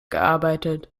gearbeitet